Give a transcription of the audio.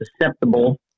susceptible